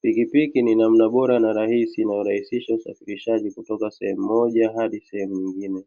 Pikipiki ni namna bora na rahisi inayo rahisisha usafirirshaji kutoka sehemu moja hadi sehemu nyingine.